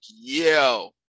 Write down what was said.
yo